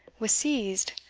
was seized,